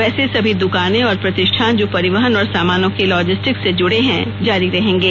वैसे सभी दुकानें और प्रतिष्ठान जो परिवहन और समानों के लॉजिस्टिक से जुड़े हैं जारी रहेंगे